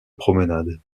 promenade